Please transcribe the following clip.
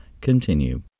continue